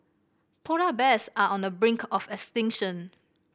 polar bears are on the brink of extinction